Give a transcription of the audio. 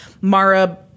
Mara